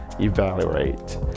evaluate